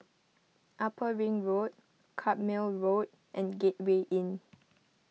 Upper Ring Road Carpmael Road and Gateway Inn